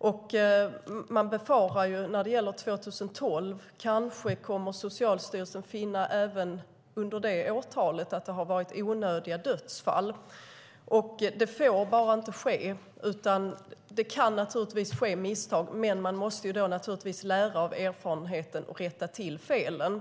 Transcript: När det gäller 2012 befarar man att Socialstyrelsen även under detta årtal kommer att finna att det har varit onödiga dödsfall. Det får bara inte ske. Det kan naturligtvis ske misstag, men man måste lära av erfarenheten och rätta till felen.